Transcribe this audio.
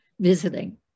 visiting